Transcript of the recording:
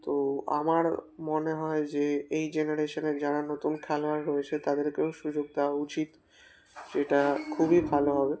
তো আমার মনে হয় যে এই জেনারেশনের যারা নতুন খেলোয়াড় রয়েছে তাদেরকেও সুযোগ দেওয়া উচিত সেটা খুবই ভালো হবে